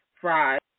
fries